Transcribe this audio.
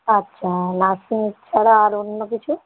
আচ্ছা নার্সিং ছাড়া আর অন্য কিছু